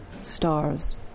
stars